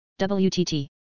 WTT